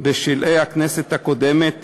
בשלהי הכנסת הקודמת,